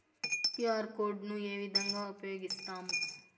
QR code ను ఏ విధంగా ఉపయగిస్తాము?